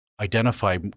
identify